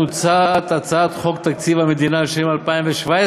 מוצע בהצעת חוק תקציב המדינה לשנים 2017